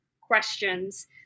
questions